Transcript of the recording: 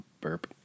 Burp